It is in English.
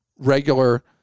regular